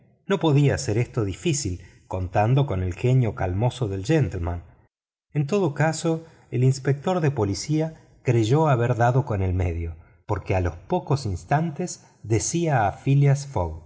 no podía ser esto difícil contando con el genio calmoso del gentleman en todo caso el inspector de policía creyó haber dado con el medio porque a los pocos instantes decía